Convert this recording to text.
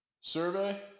Survey